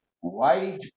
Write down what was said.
white